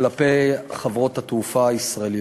כלפי חברות התעופה הישראליות.